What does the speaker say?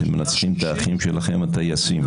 אתם מנצחים את האחים שלכם הטייסים.